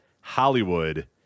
Hollywood